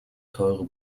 teure